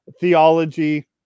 theology